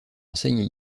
enseigne